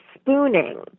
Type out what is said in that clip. spooning